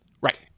Right